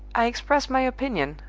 i express my opinion,